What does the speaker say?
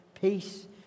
peace